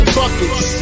buckets